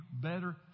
better